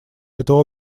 это